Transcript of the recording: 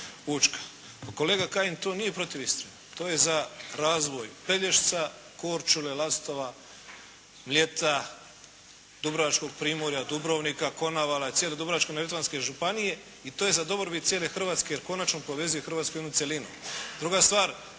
kolega Kajin, to nije protiv Istre. To je za razvoj Pelješca, Korčule, Lastova, Mljeta, Dubrovačkog primorja, Dubrovnika, Konavala, cijele Dubrovačko-neretvanske županije. I to je dobrobit cijele Hrvatske jer konačno povezuje Hrvatsku u jednu cjelinu.